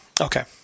okay